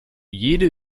jede